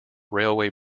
railway